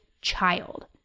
child